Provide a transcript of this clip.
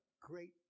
great